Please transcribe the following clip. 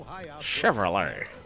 Chevrolet